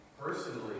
personally